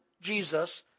Jesus